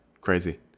crazy